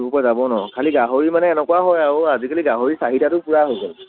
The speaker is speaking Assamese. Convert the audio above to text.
খালি গাহৰি মানে এনেকুৱা হয় আৰু আজিকালি গাহৰিৰ চাহিদাটো পূৰা হৈ গ'ল